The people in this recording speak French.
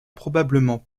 probablement